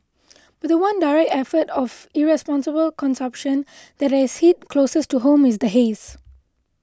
but the one direct effect of irresponsible consumption that has hit closest to home is the haze